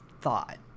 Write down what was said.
thought